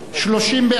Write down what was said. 30 בעד,